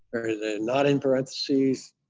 they're not in parentheses